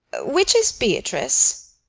which is beatrice?